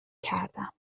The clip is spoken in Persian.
کردم